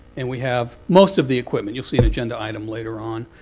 and we have most of the equipment. you'll see an agenda item later on,